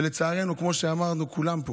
שלצערנו, כמו שאמרנו כולנו,